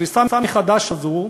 הפריסה מחדש הזאת,